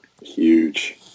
Huge